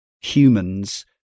humans